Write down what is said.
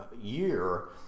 year